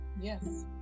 Yes